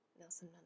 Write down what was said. Nelson